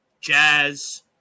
Jazz